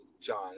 John